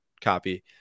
copy